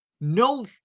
No